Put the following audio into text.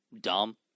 dumb